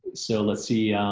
so let's see.